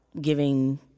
giving